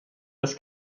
des